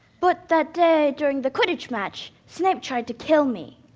but that day during the quidditch match, snape tried to kill me.